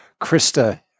Krista